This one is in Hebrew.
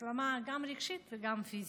החלמה רגשית וגם פיזית.